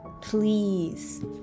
please